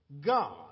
God